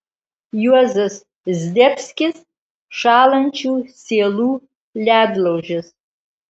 juozas zdebskis šąlančių sielų ledlaužis